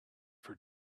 for